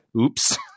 Oops